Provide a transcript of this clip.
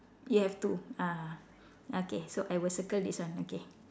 you have two ah okay so I will circle this one okay